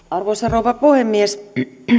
arvoisa rouva puhemies